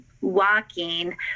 walking